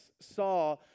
saw